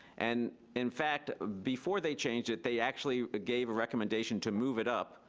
and in fact, before they changed it, they actually gave a recommendation to move it up